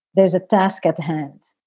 there's a task at hand.